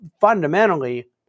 fundamentally